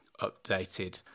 updated